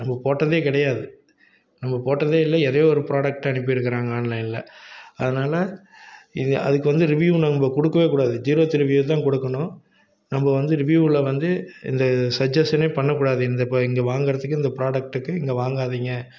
நம்ப போட்டதே கிடையாது நம்ப போட்டதே இல்லை எதையோ ஒரு ப்ரோடேக்டை அனுப்பிருக்கிறாங்க ஆன்லைனில் அதனால இது அதுக்கு வந்து ரிவ்யூ நம்ப கொடுக்கவே கூடாது ஜீரோத்து ரிவ்யூ தான் கொடுக்கணும் நம்ப வந்து ரிவ்யுவில் வந்து இந்த சஜெஸனே பண்ணக்கூடாது இந்த ப இங்கே வாங்கறத்துக்கு இந்த ப்ரோடக்ட்டுக்கு இங்கே வாங்காதீங்க